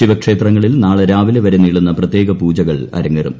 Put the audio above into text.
ശിവക്ഷേത്രങ്ങളിൽ നാളെ രാവിലെ വരെ നീളുന്ന പ്രത്യേക പൂജകൾ അരങ്ങേറും